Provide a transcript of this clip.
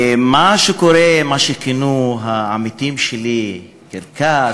מה שקורה, מה שכינו העמיתים שלי קרקס,